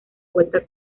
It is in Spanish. vuelta